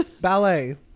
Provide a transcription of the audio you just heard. ballet